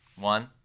One